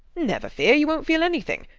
never fear you wont feel anything.